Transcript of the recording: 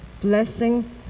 blessing